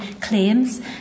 claims